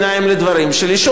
השידור, זה